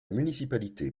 municipalité